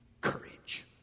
courage